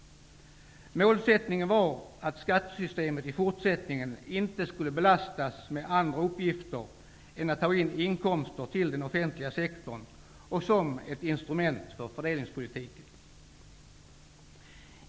Målsättningen var att skattesystemet i fortsättningen inte skulle belastas med andra uppgifter än att ta in inkomster till den offentliga sektorn och att vara ett instrument för fördelningspolitiken.